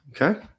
Okay